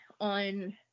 on